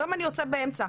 היום אני יוצא באמצע,